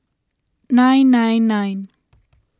nine nine nine